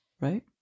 right